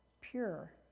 pure